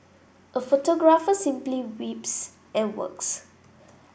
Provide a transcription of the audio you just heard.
a photographer simply weeps and works